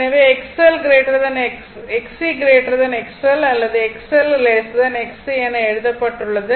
எனவே Xc XL அல்லது XL Xc என எழுதப்பட்டுள்ளது